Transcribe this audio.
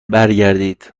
برگردید